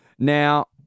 Now